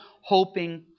hoping